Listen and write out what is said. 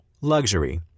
Luxury